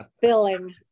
filling